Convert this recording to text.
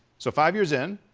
so five years in,